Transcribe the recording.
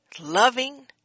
loving